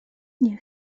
nie